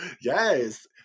Yes